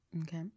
Okay